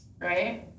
right